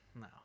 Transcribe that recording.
No